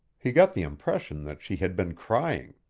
he got the impression that she had been crying.